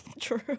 True